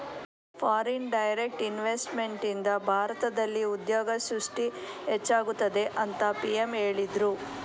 foreign direct ಇನ್ವೆಸ್ತ್ಮೆಂಟ್ನಿಂದ ಭಾರತದಲ್ಲಿ ಉದ್ಯೋಗ ಸೃಷ್ಟಿ ಹೆಚ್ಚಾಗುತ್ತದೆ ಅಂತ ಪಿ.ಎಂ ಹೇಳಿದ್ರು